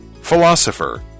Philosopher